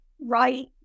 right